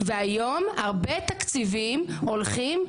והיום הרבה תקציבים הולכים,